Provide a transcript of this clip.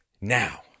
now